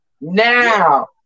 Now